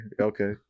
Okay